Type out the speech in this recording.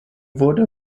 wurde